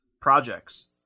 projects